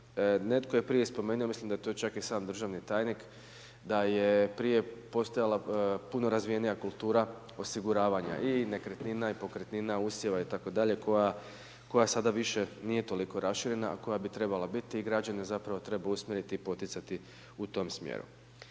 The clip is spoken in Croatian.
Netko je prije spomenuo i mislim da je to čak sam državni tajnik da je prije postojala puno razvijenija kultura osiguravanja i nekretnina i pokretnina, usjeva itd. koja sada više nije toliko raširena a koja bi trebala biti i građane zapravo treba usmjeriti i poticati u tom smjeru.